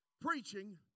preaching